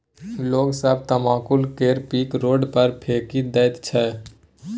लोग सब तमाकुल केर पीक रोड पर फेकि दैत छै